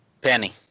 Penny